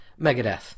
Megadeth